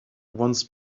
once